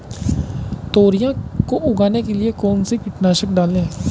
तोरियां को उगाने के लिये कौन सी कीटनाशक डालें?